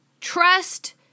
Trust